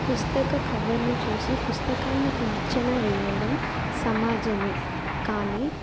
పుస్తక కవర్ను చూసి పుస్తకాన్ని అంచనా వేయడం సమాజమే కానీ